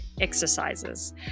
exercises